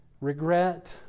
regret